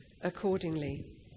accordingly